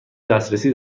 دسترسی